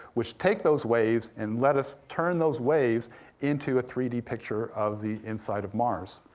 which take those waves and let us turn those waves into a three d picture of the inside of mars.